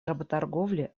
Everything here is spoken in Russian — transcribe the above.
работорговли